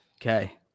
okay